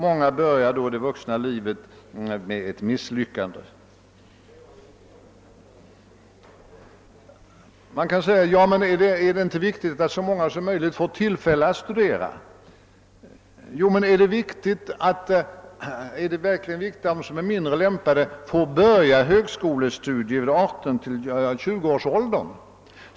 Många börjar då det vuxna livet med ett misslyckande. Man kan invända: »Men är det inte viktigt att så många som möjligt får tillfälle att studera?» Jo, men är det verkligen viktigt att de som är mindre lämpade får börja högskolestudier i 18—20 årsåldern?